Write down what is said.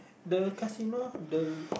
the casino the